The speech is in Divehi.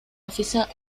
އޮފިސަރ